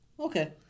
Okay